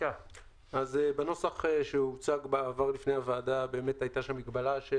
בנוסח שהוצג בפני הוועדה הייתה מגבלה של